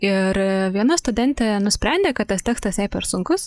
ir viena studentė nusprendė kad tas tekstas jai per sunkus